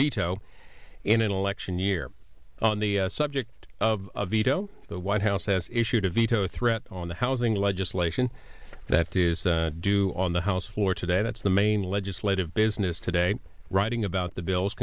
veto in an election year on the subject of veto the white house has issued a veto threat on the housing legislation that is due on the house floor today that's the main legislative business today writing about the bill